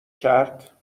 کرد